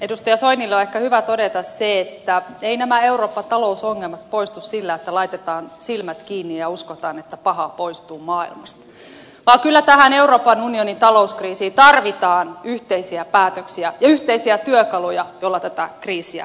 edustaja soinille on ehkä hyvä todeta se että eivät nämä euroopan talousongelmat poistu sillä että laitetaan silmät kiinni ja uskotaan että paha poistuu maailmasta vaan kyllä tähän euroopan unionin talouskriisiin tarvitaan yhteisiä päätöksiä ja yhteisiä työkaluja joilla tätä kriisiä hoidetaan